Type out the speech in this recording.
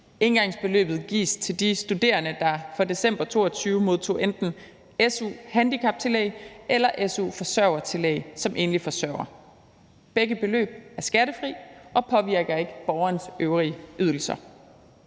Engangsbeløbet gives til de studerende, der for december 2022 modtog enten su-handicaptillæg eller su-forsørgertillæg som enlig forsørger. Begge beløb er skattefri og påvirker ikke borgerens øvrige ydelser.